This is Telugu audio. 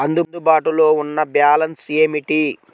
అందుబాటులో ఉన్న బ్యాలన్స్ ఏమిటీ?